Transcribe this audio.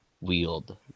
wield